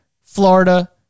Florida